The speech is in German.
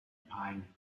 pine